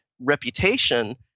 reputation